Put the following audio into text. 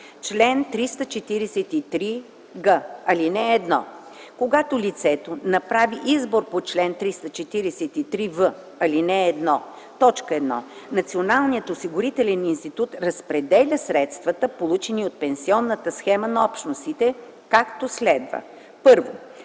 Чл. 343г. (1) Когато лицето направи избор по чл. 343в, ал. 1, т. 1, Националният осигурителен институт разпределя средствата, получени от пенсионната схема на Общностите, както следва: 1.